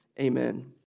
Amen